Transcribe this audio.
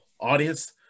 audience